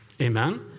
Amen